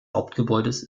hauptgebäudes